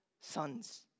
sons